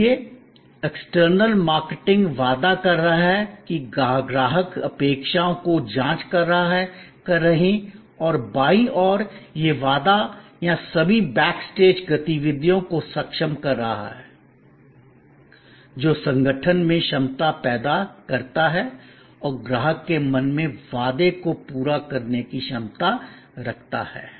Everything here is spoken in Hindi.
इसलिए एक्सटर्नल मार्केटिंग वादा कर रहा है कि ग्राहक अपेक्षाओं को जाँच कर रहा है कर रहे हैं और बाईं ओर यह वादा या सभी बैक स्टेज गतिविधियों को सक्षम कर रहा है जो संगठन में क्षमता पैदा करता है और ग्राहक के मन में वादे को पूरा करने की क्षमता रखता है